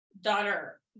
Daughter